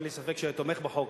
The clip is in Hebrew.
אין לי ספק שהיה תומך בחוק.